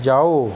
ਜਾਓ